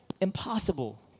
Impossible